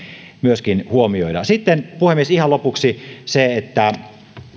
myöskin huomioida sitten puhemies ihan lopuksi siitä